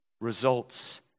results